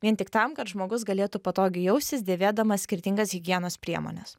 vien tik tam kad žmogus galėtų patogiai jaustis dėvėdamas skirtingas higienos priemones